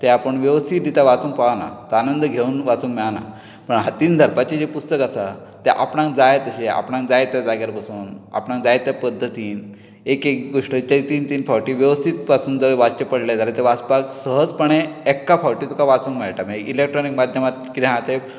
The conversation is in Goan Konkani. तें आपण वेवस्थीत रितीन वाचूंक पावना आनंद घेवन वाचूंक मेळना पूण हातीन धरपाची जी पुस्तक आसा आपणांक जाय तशें आपणांक जाय त्या जाग्यार बसून आपल्याक जाय त्या पध्दतीन एक एक गोष्ट तीन तीन फावटी वेवस्थीत वाचचें पडले जाल्यार तें वाचपाक सहजपणे एक्का फावटी तुका वाचूंक मेळटा इलॅक्ट्रोनीक माध्यमात कितें हा तें